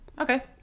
okay